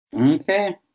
Okay